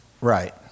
right